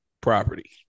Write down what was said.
property